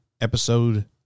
episode